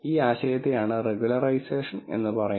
ഈ ആശയത്തെയാണ് റെഗുലറൈസേഷൻ എന്ന് പറയുന്നത്